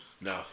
No